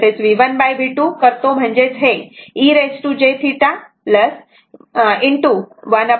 तेव्हा इथे मी V1 V2 करतो म्हणजेच हे e jθ 1e jθ2 आहे